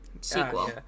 sequel